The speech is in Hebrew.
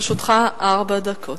לרשותך ארבע דקות.